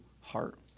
heart